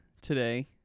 today